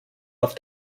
auf